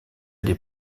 des